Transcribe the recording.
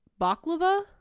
Baklava